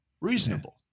Reasonable